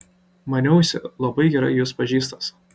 maniausi labai gerai jus pažįstąs